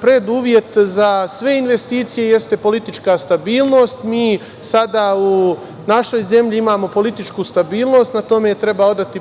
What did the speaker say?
Preduvjet za sve investicije jeste politička stabilnost. Mi sada u našoj zemlji imamo političku stabilnost i treba odati priznanje